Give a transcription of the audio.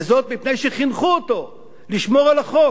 וזאת מפני שחינכו אותו לשמור על החוק,